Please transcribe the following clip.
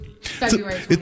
February